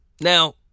Now